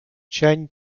cień